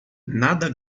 nada